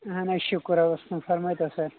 اہن حظ شُکر رۄبس کُن فرمٲے تو سر